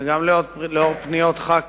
לנוכח פניות של חברי